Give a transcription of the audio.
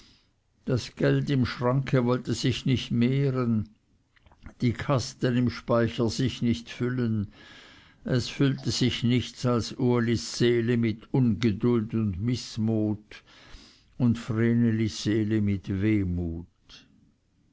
das geld im schranke wollte sich nicht mehren die kasten im speicher sich nicht füllen es füllte sich nichts als ulis seele mit ungeduld und mißmut und vrenelis seele mit wehmut